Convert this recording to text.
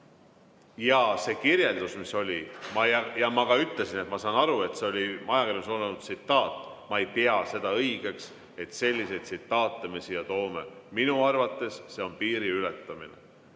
et see kirjeldus, mis oli – ma ka ütlesin, et ma saan aru, et see oli ajakirjanduses olnud tsitaat –, ma ei pea seda õigeks, et selliseid tsitaate me siia toome. Minu arvates see on piiri ületamine.